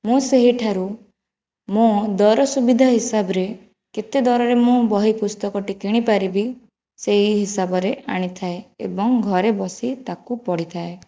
ମୁଁ ସେହିଠାରୁ ମୁଁ ଦର ସୁବିଧା ହିସାବରେ କେତେ ଦରରେ ମୁଁ ବହି ପୁସ୍ତକଟି କିଣିପାରିବି ସେହି ହିସାବରେ ଆଣିଥାଏ ଏବଂ ଘରେ ବସି ତାକୁ ପଢ଼ିଥାଏ